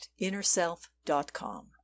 innerself.com